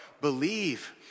Believe